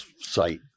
site